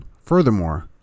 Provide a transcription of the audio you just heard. Furthermore